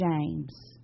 James